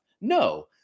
No